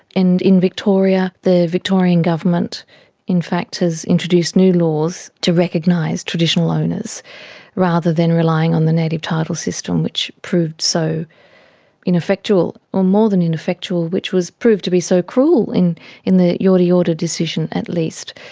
and in victoria the victorian government in fact has introduced new laws to recognise traditional owners rather than relying on the native title system, which proved so ineffectual well more than ineffectual, which was proved to be so cruel, in in the yorta yorta decision at least.